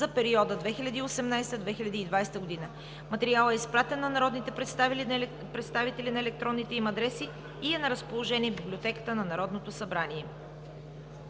за периода 2018 – 2020 г. Материалът е изпратен на народните представители на електронните им адреси и е на разположение в Библиотеката на Народното събрание.